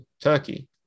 Turkey